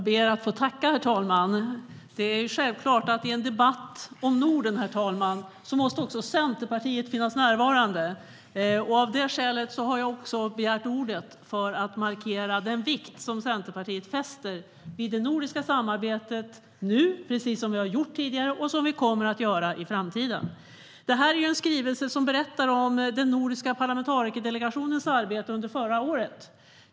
Herr talman! Det är självklart att också Centerpartiet måste finnas med i en debatt om Norden. Av det skälet har jag begärt ordet, för att markera den vikt som Centerpartiet fäster vid det nordiska samarbetet nu, precis som vi har gjort tidigare och som vi kommer att göra i framtiden. Det här handlar om en skrivelse som berättar om den nordiska parlamentarikerdelegationens arbete under förra året.